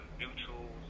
mutual